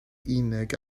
unig